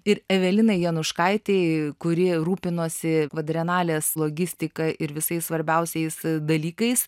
ir evelinai januškaitei kuri rūpinosi kvadrenalės logistika ir visais svarbiausiais dalykais